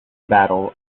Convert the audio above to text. battle